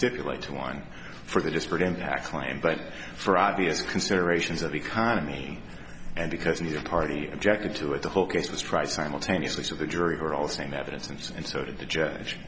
stipulate to one for the disparate impact claim but for obvious considerations of the economy and because neither party objected to it the whole case was tried simultaneously so the jury heard all the same evidence and so did the judge